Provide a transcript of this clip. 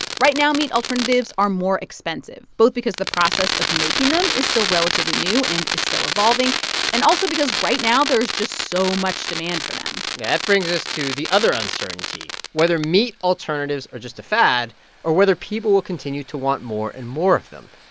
right now meat alternatives are more expensive both because the process of making them is still relatively new and is still evolving and also because right now there's just so much demand for them yeah that brings us to the other uncertainty whether meat alternatives are just a fad or whether people will continue to want more and more of them.